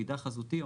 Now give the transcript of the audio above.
מידע חזותי,